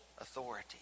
authority